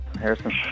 Harrison